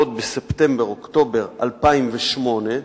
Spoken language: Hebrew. עוד בספטמבר-אוקטובר 2008,